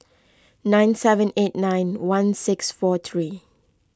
nine seven eight nine one six four three